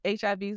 HIV